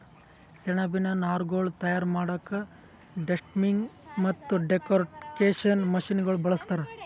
ಸೆಣಬಿನ್ ನಾರ್ಗೊಳ್ ತಯಾರ್ ಮಾಡಕ್ಕಾ ಡೆಸ್ಟಮ್ಮಿಂಗ್ ಮತ್ತ್ ಡೆಕೊರ್ಟಿಕೇಷನ್ ಮಷಿನಗೋಳ್ ಬಳಸ್ತಾರ್